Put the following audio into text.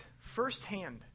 firsthand